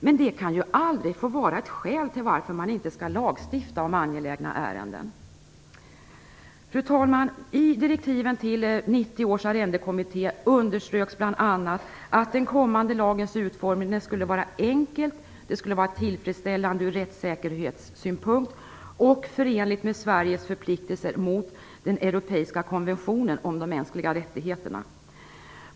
Men det kan ju aldrig få vara ett skäl till att inte lagstifta i angelägna ärenden. Fru talman! I direktiven till 1990 års arrendekommitté underströks bl.a. att den kommande lagens utformning skulle vara enkel, tillfredsställande från rättssäkerhetssynpunkt och förenlig med Sveriges förpliktelser mot den europeiska konventionen om de mänskliga rättigheterna.